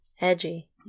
Edgy